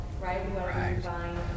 Right